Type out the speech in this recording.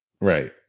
Right